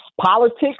politics